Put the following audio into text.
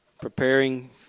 preparing